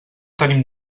tenim